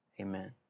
Amen